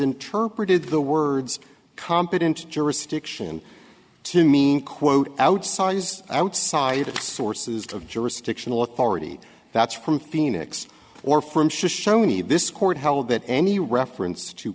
interpreted the words competent jurisdiction to mean quote outside as outside sources of jurisdictional authority that's from phoenix or from show me this court held that any reference to